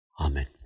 Amen